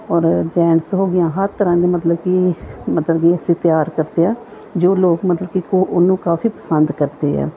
ਔਰ ਜੈਂਟਸ ਹੋ ਗਈਆਂ ਹਰ ਤਰ੍ਹਾਂ ਦੀ ਮਤਲਬ ਕਿ ਮਤਲਬ ਕਿ ਅਸੀਂ ਤਿਆਰ ਕਰਦੇ ਹਾਂ ਜੋ ਲੋਕ ਮਤਲਬ ਕਿ ਕੋ ਉਹਨੂੰ ਕਾਫ਼ੀ ਪਸੰਦ ਕਰਦੇ ਆ